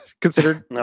considered